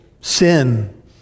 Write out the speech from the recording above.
sin